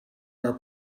our